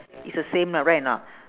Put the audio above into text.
is the same lah right or not